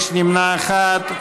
יש נמנע אחד.